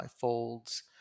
folds